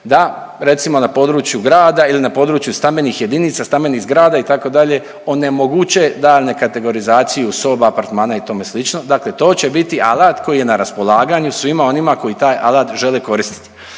da recimo na području grada ili na području stambenih jedinica, stambenih zgrada itd. onemoguće dalje kategorizaciju soba, apartmana i tome slično, dakle to će biti alat koji je na raspolaganju svima onima koji taj alat žele koristiti.